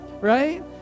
right